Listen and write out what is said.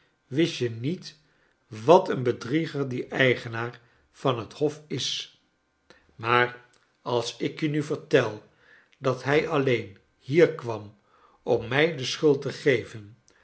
wist je niet wat een bedrieger die eigenaar van het hof is maar als ik je nu vertel dat hij alleen hier kwam om mij de schuld te geven